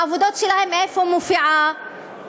איפה מופיעה העבודה שלהם?